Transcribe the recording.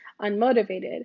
unmotivated